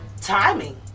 timing